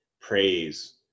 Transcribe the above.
praise